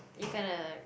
you kinda like